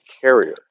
carrier